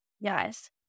Yes